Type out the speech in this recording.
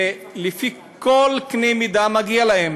ולפי כל אמת מידה מגיע להם,